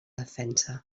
defensa